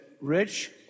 Rich